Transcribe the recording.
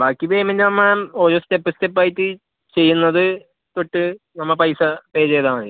ബാക്കി പേയ്മെൻ്റ് നമ്മള് ഓരോ സ്റ്റെപ്പ് സ്റ്റെപ്പായിട്ടു ചെയ്യുന്നതു തൊട്ട് നമ്മള് പൈസ പേ ചെയ്താല് മതി